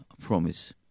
promise